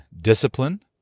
discipline